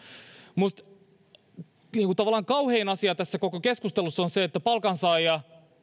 mutta kyllä tavallaan kauhein asia tässä koko keskustelussa on se että palkansaaja